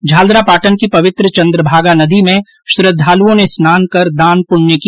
झालरापाटन की पवित्र चन्द्रभागा नदी में श्रद्वालूओं ने स्नान कर दान पुण्य किया